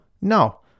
No